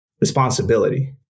responsibility